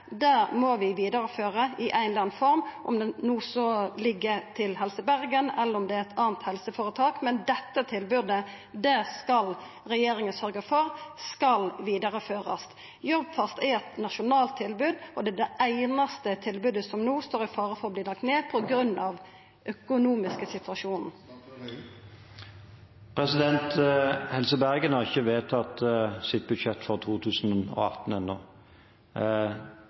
må vi vidareføra i ei eller anna form – om det så ligg til Helse Bergen eller eit anna helseføretak – dette tilbodet skal regjeringa sørgja for å vidareføra. Jobbfast er eit nasjonalt tilbod, og det er det einaste tilbodet som no står i fare for å verta lagt ned på grunn av den økonomiske situasjonen. Helse Bergen har ikke vedtatt sitt budsjett for 2018